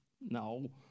no